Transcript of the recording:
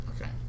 Okay